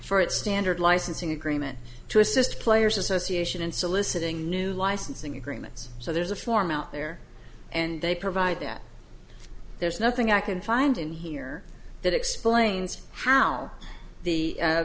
for its standard licensing agreement to assist players association in soliciting new licensing agreements so there's a form out there and they provide that there's nothing i can find in here that explains how the